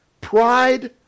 pride